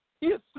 Yes